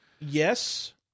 Yes